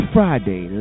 Friday